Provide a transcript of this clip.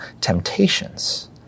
temptations